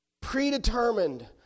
predetermined